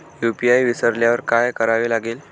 UPI विसरल्यावर काय करावे लागेल?